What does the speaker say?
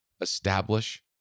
establish